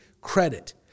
credit